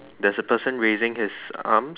there is a person raising his arms